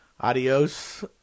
adios